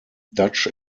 dutch